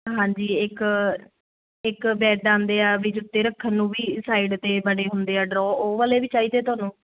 ਹਾਂਜੀ ਇੱਕ ਇੱਕ ਬੈੱਡ ਆਂਦੇ ਆ ਵੀ ਜੁੱਤੇ ਰੱਖਣ ਨੂੰ ਵੀ ਸਾਈਡ ਤੇ ਬਣੇ ਹੁੰਦੇ ਆ ਡਰੋ ਓ ਵਾਲ਼ੇ ਵੀ ਚਾਈਦੇ ਧੋਨੂੰ